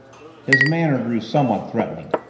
his manner grew somewhat threatening.